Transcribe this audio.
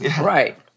Right